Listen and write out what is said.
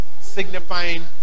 signifying